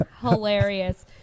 Hilarious